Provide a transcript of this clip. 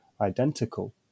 identical